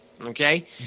Okay